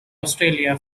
australia